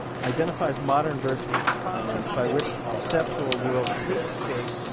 identifies modern verse with the process by which the perceptual world takes shape,